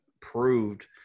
proved